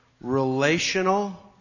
relational